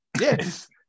Yes